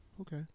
Okay